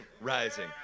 rising